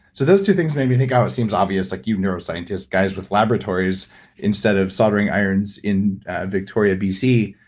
so those two things made me think, um it seems obvious, like you neuroscientists, guys with laboratories instead of soldering irons in victoria, bc,